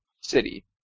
city